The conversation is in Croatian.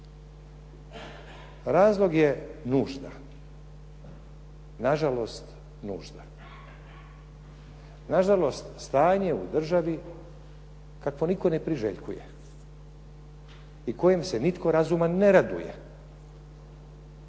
Razlog je nužda, nažalost nužda. Nažalost stanje u državi kakvo nitko ne priželjkuje i kojim se nitko razuman ne raduje.